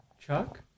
Chuck